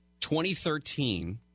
2013